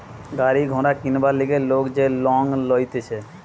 গাড়ি ঘোড়া কিনবার লিগে লোক যে লং লইতেছে